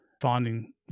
finding